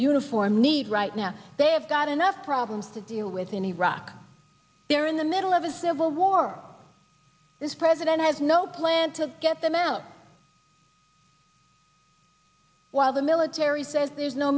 uniform need right now they have got enough problems to deal with in iraq they're in the middle of a civil war this president has no plan to get them out while the military says there's no